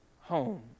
home